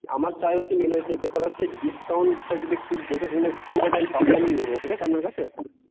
আমার চাই হচ্ছে মেন হচ্ছে ব্যপার হচ্ছে ডিসকাউন্টটা যদি একটু দেখে শুনে করে দেন তবে আমি নেব ঠিক আছে আপনার কাছে